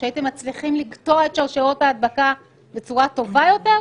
האם את חושבת שהייתם מצליחים לקטוע את שרשרת ההדבקה בצורה טובה יותר,